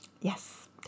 Yes